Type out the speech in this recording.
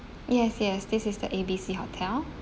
yes yes this is the A B C hotel